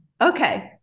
Okay